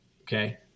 okay